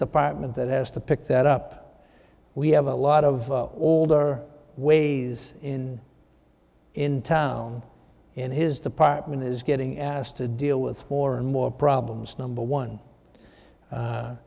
department that has to pick that up we have a lot of older ways in in town and his department is getting asked to deal with more and more problems number one